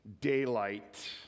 daylight